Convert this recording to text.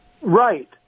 Right